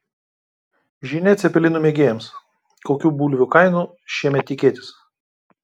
žinia cepelinų mėgėjams kokių bulvių kainų šiemet tikėtis